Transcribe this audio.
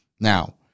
Now